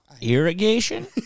Irrigation